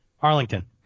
Arlington